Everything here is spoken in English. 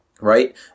right